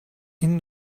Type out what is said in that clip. این